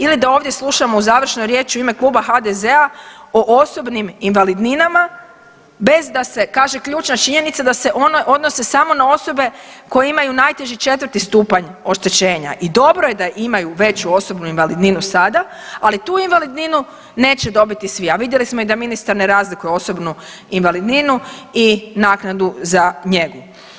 Ili da ovdje slušamo u završnoj riječi u ime Kluba HDZ-a o osobnim invalidninama bez da se kaže ključna činjenica da se ono odnose samo na osobe koje imaju najteži 4. stupanj oštećenja i dobro je da imaju veću osobnu invalidninu sada, ali tu invalidninu neće dobiti svi, a vidjeli smo i da ministar ne razlikuje osobnu invalidninu i naknadu za njegu.